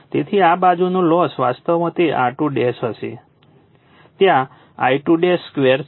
તેથી આ બાજુનો લોસ વાસ્તવમાં તે R2 હશે ત્યાં I2 2 છે